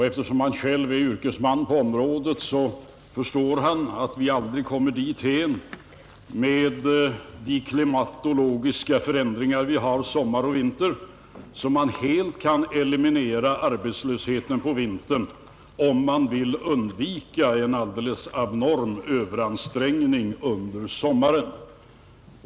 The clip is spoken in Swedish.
Eftersom han själv är yrkesman på området förstår han, att vi med de klimatologiska variationerna under sommar och vinter aldrig helt kommer att kunna eliminera vinterarbetslösheten inom byggnadsfacket såvida vi vill undvika en abnorm Överansträngning på området under sommaren.